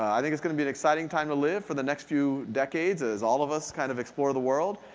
i think it's going to be an exciting time to live for the next few decades as all of us kind of explore the world,